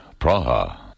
Praha